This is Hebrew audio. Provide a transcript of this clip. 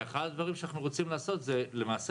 ואחד הדברים שאנחנו רוצים לעשות זה למעשה